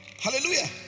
Hallelujah